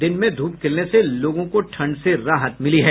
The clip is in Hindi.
दिन में धूप खिलने से लोगों को ठंड से राहत मिली है